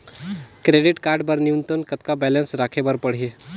Credit card बर न्यूनतम कतका बैलेंस राखे बर पड़ही?